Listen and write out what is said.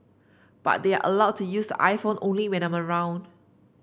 but they are allowed to use the iPhone only when I'm around